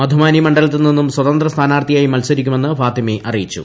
മധുബാനി മണ്ഡലത്തിൽ നിന്നും സ്വതന്ത്ര സ്ഥാനാർത്ഥിയായി മത്സരിക്കുമെന്ന് ഫാത്തിമി അറിയിച്ചു